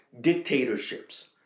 dictatorships